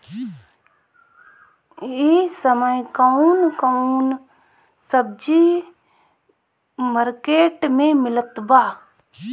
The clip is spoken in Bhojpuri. इह समय कउन कउन सब्जी मर्केट में मिलत बा?